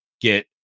get